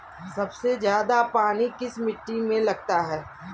सबसे ज्यादा पानी किस मिट्टी में लगता है?